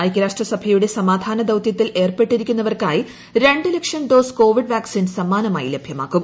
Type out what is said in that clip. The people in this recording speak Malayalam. ഐക്യരാഷ്ട്ര സഭയുടെ സമാധാന ദൌത്യത്തിൽ ഏർപ്പെട്ടിരിക്കുന്നവർക്കായി രണ്ട് ലക്ഷം ഡോസ് കോവിഡ് വാക്സിൻ സമ്മാനമായി ലഭൃമാക്കും